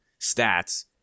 stats